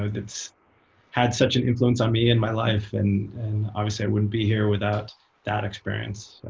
ah it's had such an influence on me in my life. and obviously i wouldn't be here without that experience.